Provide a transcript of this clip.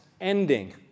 ending